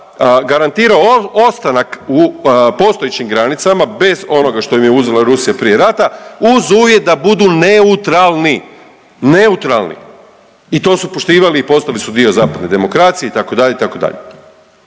garantirao ostanak u postojećim granicama bez onoga što im je uzela Rusija prije rata uz uvjet da budu neutralni. Neutralni i to su poštivali i postali su dio zapadne demokracije, itd., itd.